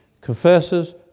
confesses